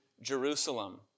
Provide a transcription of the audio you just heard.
Jerusalem